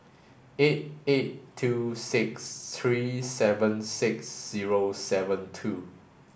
eight eight two six three seven six zero seven two